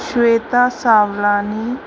Shweta Savlani